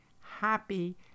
happy